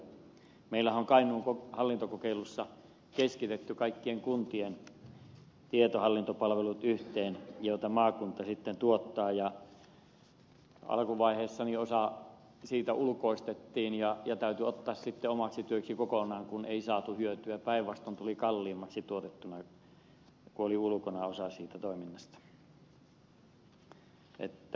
meillähän on kainuun hallintokokeilussa keskitetty kaikkien kuntien tietohallintopalvelut yhteen joita maakunta sitten tuottaa ja alkuvaiheessa osa siitä ulkoistettiin ja täytyi ottaa sitten omaksi työksi kokonaan kun ei saatu hyötyä päinvastoin tuli kalliimmaksi tuotettuna kun oli ulkona osa siitä toiminnasta